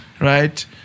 Right